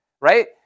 right